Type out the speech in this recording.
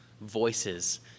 voices